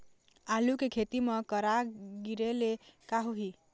आलू के खेती म करा गिरेले का होही?